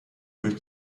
durch